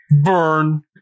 Burn